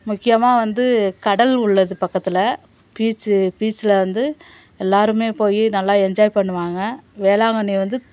முக்கியமாக வந்து கடல் உள்ளது பக்கத்தில் பீச்சு பீச்சில் வந்து எல்லாருமே போய் நல்லா என்ஜாய் பண்ணுவாங்கள் வேளாங்கண்ணி வந்து